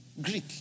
Greek